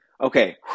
Okay